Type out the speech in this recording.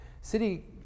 city